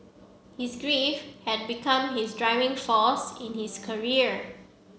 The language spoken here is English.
his grief had become his driving force in his career